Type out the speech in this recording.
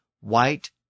white